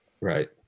Right